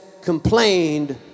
complained